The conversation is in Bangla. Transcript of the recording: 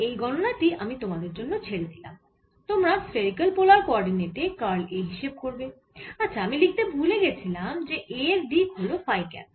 এই গণনা টি আমি তোমাদের জন্য ছেড়ে দিলাম তোমরা স্ফেরিকাল পোলার কোঅরডিনেটে কার্ল A হিসেব করবে আচ্ছা আমি লিখতে ভুলে গেছিলাম যে A এর দিক হল ফাই ক্যাপ